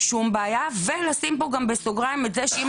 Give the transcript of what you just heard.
שום בעיה ולשים בו גם בסוגריים את זה שאם